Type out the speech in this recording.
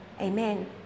Amen